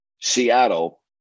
Seattle